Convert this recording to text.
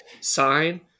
sign